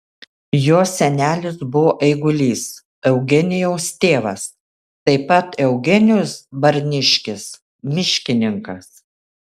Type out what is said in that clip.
jo senelis buvo eigulys eugenijaus tėvas taip pat eugenijus barniškis miškininkas